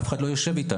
אף אחד לא יושב איתנו,